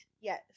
Yes